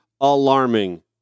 alarming